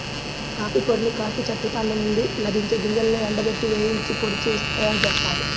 coffee పొడిని coffee చెట్ల పండ్ల నుండి లభించే గింజలను ఎండబెట్టి, వేయించి పొడి చేసి తయ్యారుజేత్తారు